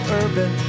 urban